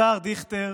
השר דיכטר,